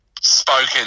spoken